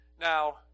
Now